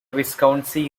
viscountcy